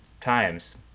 times